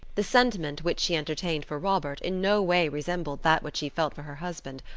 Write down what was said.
the sentiment which she entertained for robert in no way resembled that which she felt for her husband,